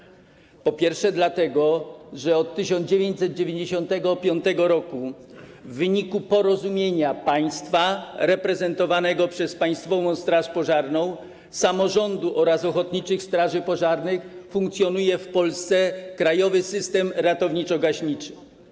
Jesteśmy za nim po pierwsze dlatego, że od 1995 r. w wyniku porozumienia państwa reprezentowanego przez Państwową Straż Pożarną, samorządu oraz ochotniczych straży pożarnych funkcjonuje w Polsce krajowy system ratowniczo-gaśniczy.